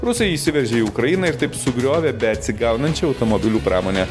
rusai įsiveržė į ukrainą ir taip sugriovė beatsigaunančią automobilių pramonę